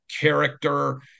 character